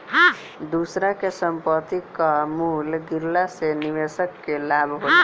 दूसरा के संपत्ति कअ मूल्य गिरला से निवेशक के लाभ होला